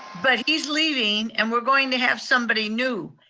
but he's leaving, and we're going to have somebody new.